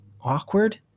awkward